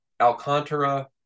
Alcantara